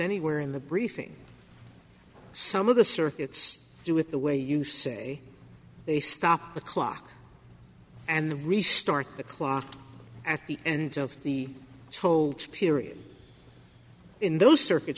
anywhere in the briefing some of the circuits do with the way you say they stop the clock and restart the clock at the end of the toltz period in those circuit